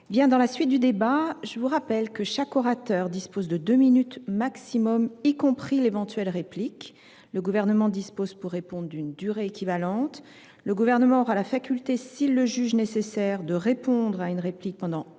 au débat interactif. Je rappelle que chaque orateur dispose de deux minutes au maximum, y compris pour l’éventuelle réplique. Le Gouvernement dispose pour répondre d’une durée équivalente. Il aura la faculté, s’il le juge nécessaire, de répondre à une réplique pendant une